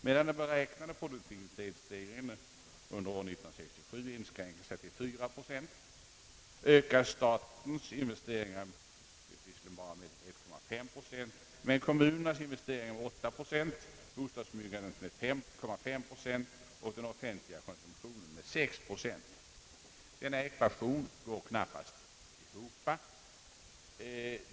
Medan den beräknade produktivitetsstegringen under 1967 inskränker sig till 4 procent, ökar statens investeringar visserligen med 1,5 procent men kommunernas investeringar med 8 procent, bostadsbyggandet med 5,5 procent och den offentliga konsumtionen med 6 procent. Denna ekvation går knappast ihop.